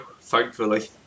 thankfully